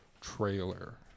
trailer